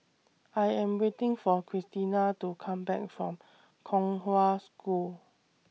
I Am waiting For Christina to Come Back from Kong Hwa School